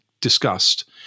discussed